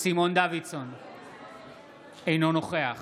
אינו נוכח